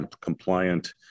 compliant